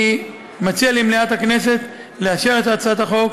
אני מציע למליאת הכנסת לאשר את הצעת החוק